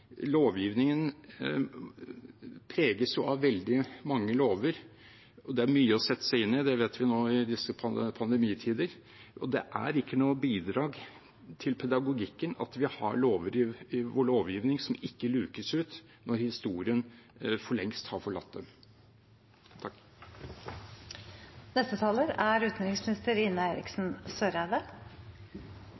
Lovgivningen preges av veldig mange lover, og det er mye å sette seg inn i – det vet vi nå i disse pandemitider – og det er ikke noe bidrag til pedagogikken at vi har lover i vår lovgivning som ikke lukes ut når historien for lengst har forlatt dem.